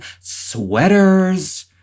sweaters